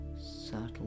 subtle